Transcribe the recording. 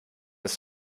ist